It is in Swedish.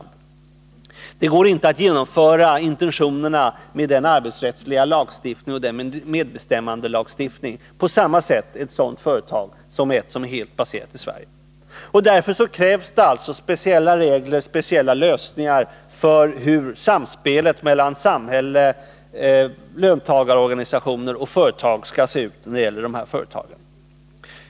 Det går inte att genomföra intentionerna i den arbetsrättsliga lagstiftningen och medbestämmandelagstiftningen på samma sätt i ett sådant företag som i ett som är helt baserat i Sverige. För sådana företag krävs därför speciella lösningar av hur samspelet mellan samhälle, löntagarorganisationer och företag skall fungera.